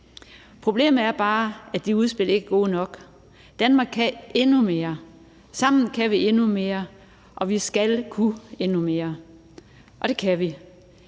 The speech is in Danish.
Problemet er bare, at de udspil ikke er gode nok, for Danmark kan endnu mere. Sammen kan vi endnu mere, og vi skal kunne endnu mere – og det kan vi.